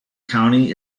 county